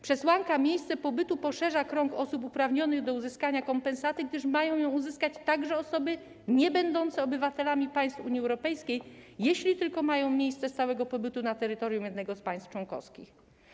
Przesłanka dotycząca miejsca pobytu poszerza krąg osób uprawnionych do uzyskania rekompensaty, gdyż mają ją uzyskać także osoby niebędące obywatelami państw Unii Europejskiej, jeśli tylko mają miejsce stałego pobytu na terytorium jednego z państw członkowskich.